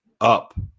up